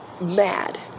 mad